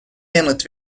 yanıt